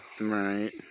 Right